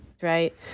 Right